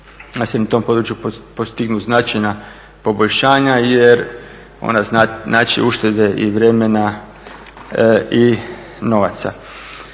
da se na tom području postignu značajna poboljšanja jer ona znače uštede i vremena i novaca.